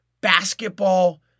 basketball